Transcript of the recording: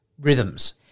rhythms